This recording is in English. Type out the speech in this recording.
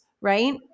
right